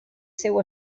seu